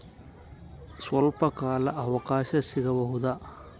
ಸ್ವಲ್ಪ ಕಾಲ ಅವಕಾಶ ಸಿಗಬಹುದಾ?